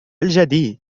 الجديد